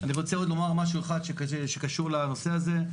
אני רוצה עוד לומר משהו אחד שקשור לנושא הזה.